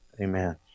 Amen